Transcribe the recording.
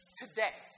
today